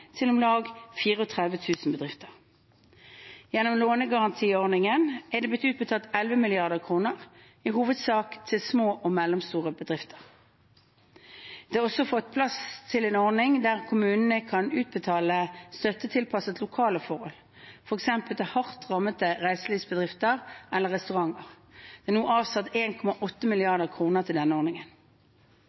til om lag 34 000 bedrifter. Gjennom lånegarantiordningen er det blitt utbetalt 11 mrd. kr, i hovedsak til små og mellomstore bedrifter. Det er også på plass en ordning der kommunene kan utbetale støtte tilpasset lokale forhold, f.eks. til hardt rammede reiselivsbedrifter eller restauranter. Det er nå satt av 1,8 mrd. kr til denne ordningen.